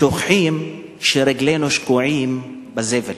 שוכחים שרגלינו שקועות בזבל,